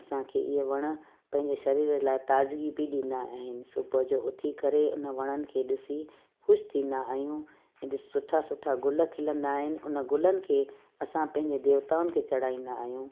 असांखे हीअ वण पंहिंजे शरीर लाइ ताज़गी बि ॾींदा आहिनि सुबुह जो उथी करे उन वणनि खे ॾिसी खुश थींदा आहियूं एॾा सुठा सुठा गुल खिलंदा आहिनि उन गुलनि खे असां पंहिंजे देवताउनि खे चढ़ाईंदा आहियूं